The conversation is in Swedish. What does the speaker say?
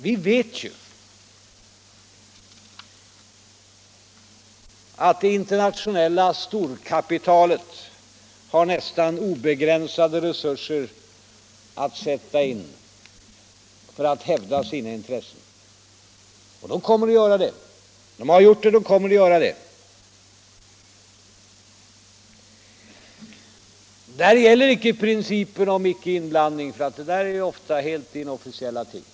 Vi vet ju att det internationella storkapitalet har nästan obegränsade resurser att sätta in för att hävda sina intressen. Det har gjort så och det kommer också att göra så. Där gäller icke principen om icke-inblandning, för där är det ofta fråga om helt inofficiella ting.